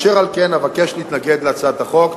ואשר על כן אבקש להתנגד להצעת החוק.